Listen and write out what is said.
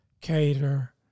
cater